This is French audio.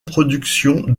production